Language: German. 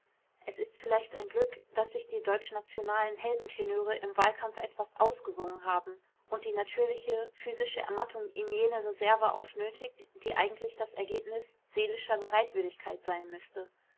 es ist vielleicht ein glück daß sich die deutschnationalen heldentenöre im wahlkampf etwas ausgesungen haben und die natürliche physische ermattung ihnen jene reserve aufnötigt die eigentlich das ergebnis seelischer bereitwilligkeit sein müßte